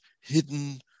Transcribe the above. hidden